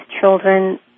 children